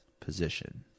position